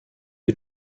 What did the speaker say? you